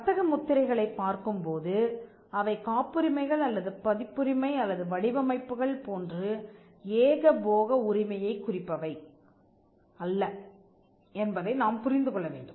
வர்த்தக முத்திரைகளைப் பார்க்கும் போது அவை காப்புரிமைகள் அல்லது பதிப்புரிமை அல்லது வடிவமைப்புகள் போன்று ஏகபோக உரிமையைக் குறிப்பவை அல்ல என்பதை நாம் புரிந்து கொள்ள வேண்டும்